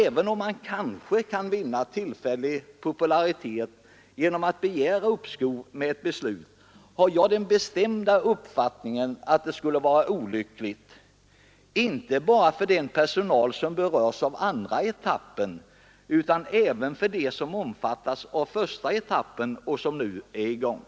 Även om man kanske kan vinna tillfällig popularitet genom att begära uppskov med ett beslut, har jag den bestämda uppfatttningen att det skulle vara olyckligt, inte bara för den personal som berörs av andra etappen, utan även för dem som omfattas av första etappen, vilken nu är i gång.